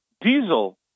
diesel